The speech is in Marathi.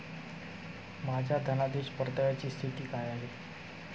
माझ्या धनादेश परताव्याची स्थिती काय आहे?